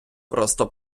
просто